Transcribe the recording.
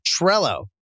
Trello